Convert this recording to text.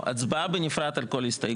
הצבעה בנפרד על כל הסתייגות,